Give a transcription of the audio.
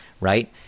right